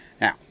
Now